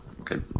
Okay